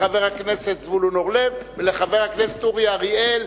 לחבר הכנסת זבולון אורלב ולחבר הכנסת אורי אריאל.